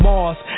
Mars